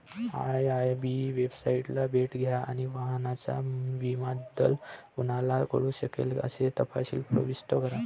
IIB वेबसाइटला भेट द्या आणि वाहनाच्या विम्याबद्दल कोणाला कळू शकेल असे तपशील प्रविष्ट करा